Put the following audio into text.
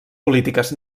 polítiques